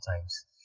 times